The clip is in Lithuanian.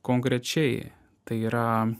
konkrečiai tai yra